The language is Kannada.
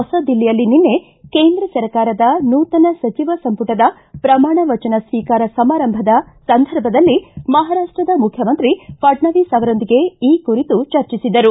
ಹೊಸ ದಿಲ್ಲಿಯಲ್ಲಿ ನಿನ್ನೆ ಕೇಂದ್ರ ಸರ್ಕಾರದ ನೂತನ ಸಚಿವ ಸಂಪುಟದ ಪ್ರಮಾಣ ವಚನ ಸ್ವೀಕಾರ ಸಮಾರಂಭದ ಸಂದರ್ಭ ದಲ್ಲಿ ಮಹಾರಾಷ್ಷದ ಮುಖ್ಯಮಂತ್ರಿ ಫಡ್ನವೀಸ್ ಅವರೊಂದಿಗೆ ಈ ಕುರಿತು ಚರ್ಚಿಸಿದರು